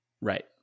Right